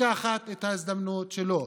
לקחת את ההזדמנות שלו.